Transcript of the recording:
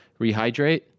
rehydrate